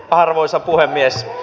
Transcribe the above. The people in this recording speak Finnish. arvoisa puhemies